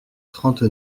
trente